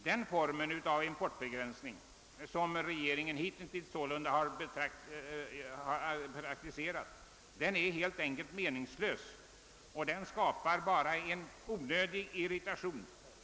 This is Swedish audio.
Den form av importbegränsning som regeringen alltså hittills praktiserat är helt meningslös och skapar bara onödig irritation.